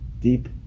deep